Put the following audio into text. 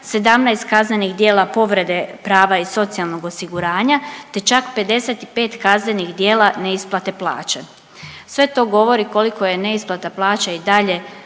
17 kaznenih djela povrede prava iz socijalnog osiguranja te čak 55 kaznenih djela neisplate plaće. Sve to govori koliko je neisplata plaća i dalje